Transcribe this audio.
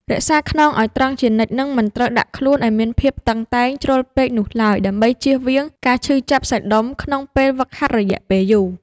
រក្សាខ្នងឱ្យត្រង់ជានិច្ច និងមិនត្រូវដាក់ខ្លួនឱ្យមានភាពតឹងតែងជ្រុលពេកនោះឡើយដើម្បីចៀសវាងការឈឺចាប់សាច់ដុំក្នុងពេលហ្វឹកហាត់រយៈពេលយូរ។